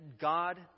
God